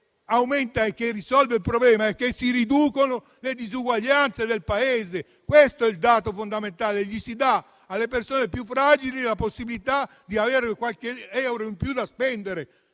aumenta la contrattazione e si riducono le disuguaglianze all'interno del Paese. Questo è il dato fondamentale: si dà alle persone più fragili la possibilità di avere qualche euro in più da spendere.